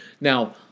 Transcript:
Now